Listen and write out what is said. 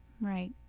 right